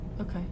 Okay